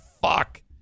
fuck